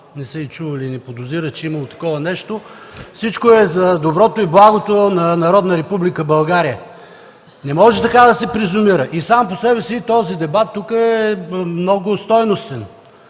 не са и чували, и не подозират, че е имало такова нещо – всичко е за доброто и благото на Народна република България. Не може така да се презумира! Сам по себе си този дебат тук е много стойностен.